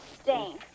stain